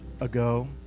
ago